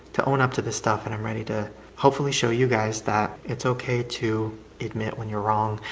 to own up to this stuff and i'm ready to hopefully show you guys that it's okay to admit when you're wrong,